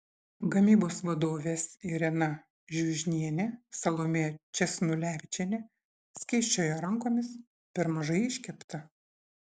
gamybos vadovės irena žiužnienė salomėja česnulevičienė skėsčiojo rankomis per mažai iškepta